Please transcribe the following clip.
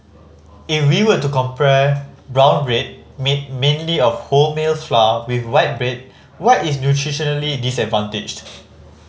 if we were to compare brown bread made mainly of wholemeal flour with white bread white is nutritionally disadvantaged